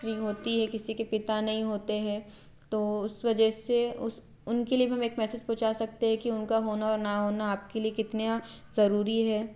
नहीं होती है किसी के पिता नहीं होते हैं तो उस वजह से उस उनके लिए भी हम एक मैसेज पहुँचा सकते हैं कि उनका होना और ना होना आपके लिए कितना ज़रूरी है